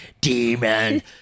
Demon